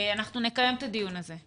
אנחנו נקיים את הדיון הזה.